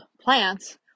plants